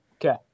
Okay